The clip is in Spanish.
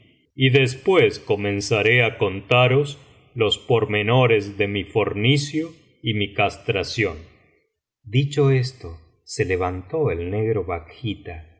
y después comenzaré á contaros los pormenores de mi fornicio y mi castración dicho esto se levantó el negro bakhita y